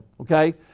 okay